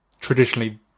traditionally